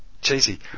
cheesy